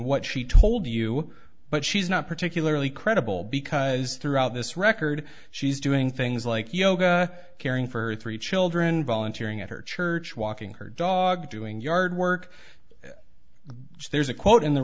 what she told you but she's not particularly credible because throughout this record she's doing things like yoga caring for her three children volunteering at her church walking her dog doing yard work which there's a quote in the